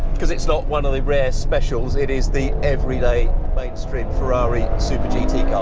because it's not one of the rare specials it is the everyday mainstream ferrari super-gt car.